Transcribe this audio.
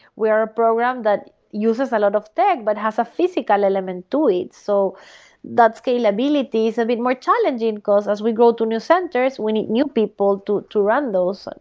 we are a program that uses a lot of tech but has a physical element to it. so that's scalability is a bit more challenging because as we go to new centers, we need new people to to run those.